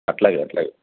అట్లాగే అట్లాగే